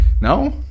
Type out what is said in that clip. No